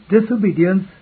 disobedience